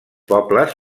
pobles